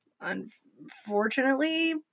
unfortunately